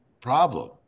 problem